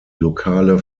lokale